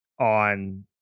On